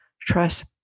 trust